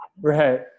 Right